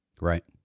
Right